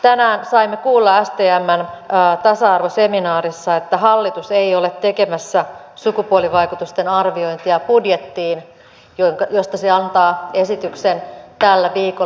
tänään saimme kuulla stmn tasa arvoseminaarissa että hallitus ei ole tekemässä sukupuolivaikutusten arviointia budjettiin josta se antaa esityksen tällä viikolla